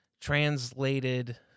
translated